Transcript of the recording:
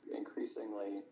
increasingly